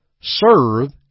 Serve